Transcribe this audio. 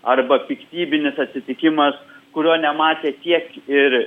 arba piktybinis atsitikimas kurio nematė tiek ir